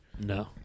No